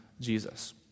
Jesus